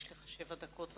יש לך שבע דקות.